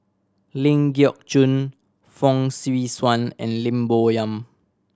Ling Geok Choon Fong Swee Suan and Lim Bo Yam